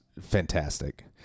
fantastic